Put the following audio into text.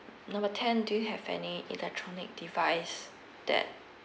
number ten do you have any electronic device that